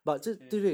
okay